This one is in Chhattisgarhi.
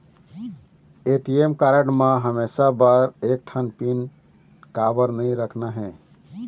ए.टी.एम कारड म हमेशा बर एक ठन पिन काबर नई रखना हे?